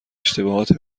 اشتباهات